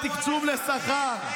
תקצוב שכר,